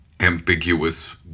Ambiguous